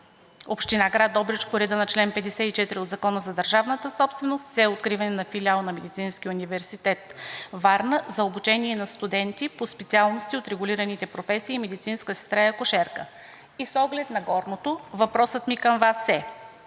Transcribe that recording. Община Добрич по реда на чл. 54 от Закона за държавната собственост с цел откриването на филиал на Медицинския университет – Варна, за обучение на студенти по специалностите от регулираните професии медицинска сестра и акушерка. И с оглед на горното въпросът ми към Вас е: